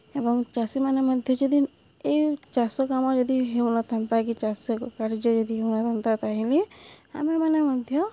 ଏବଂ ଚାଷୀମାନେ ମଧ୍ୟ ଯଦି ଏହି ଚାଷ କାମ ଯଦି ହେଉନଥାନ୍ତା କି ଚାଷ କାର୍ଯ୍ୟ ଯଦି ହେଉନଥାନ୍ତା ତା'ହେଲେ ଆମେମାନେ ମଧ୍ୟ